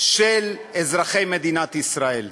של אזרחי מדינת ישראל,